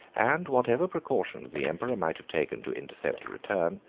and whatever precautions the emperor might have taken to intercept a return,